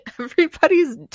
everybody's